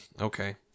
okay